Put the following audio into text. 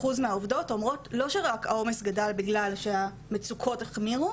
כ-57% מהעובדות אומרות שהעומס לא גדל רק בגלל שהמצוקות החמירו,